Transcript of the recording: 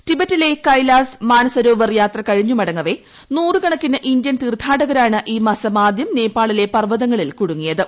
ടിബറ്റിലെ കൈലാസ് മാനസരോവർ യാത്ര കഴിഞ്ഞു മടങ്ങവേ നൂറുകണക്കിന് ഇന്ത്യൻ തീർത്ഥാടകരാണ് ഈ മാസ്ക് ആദ്യം നേപ്പാളിലെ പർവതങ്ങളിൽ കൂടുങ്ങിയത്